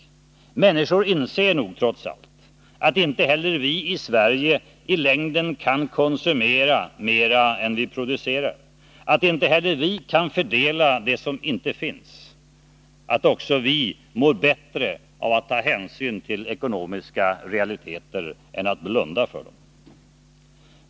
Människor inser nog trots allt att inte heller vi i Sverige i längden kan konsumera mera än vi producerar, att inte heller vi kan fördela det som inte finns, att också vi mår bättre av att ta hänsyn till ekonomiska realiteter än att blunda för dem.